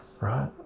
right